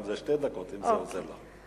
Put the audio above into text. שתי דקות, אם זה עוזר לך.